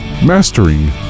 mastering